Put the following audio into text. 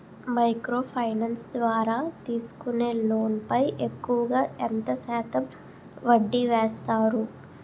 Micro finance ద్వారా తీసుకునే loan పై ఎక్కువుగా ఎంత శాతం వడ్డీ వేస్తారు?